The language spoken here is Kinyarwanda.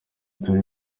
turi